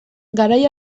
garai